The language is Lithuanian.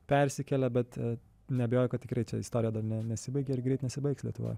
persikelia bet neabejoju kad tikrai čia istorija dar ne nesibaigė ir greit nesibaigs lietuvoj